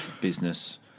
business